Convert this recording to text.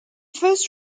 first